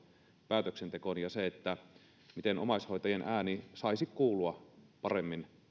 päätöksentekoon ja se miten omaishoitajien ääni saisi kuulua paremmin